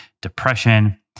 depression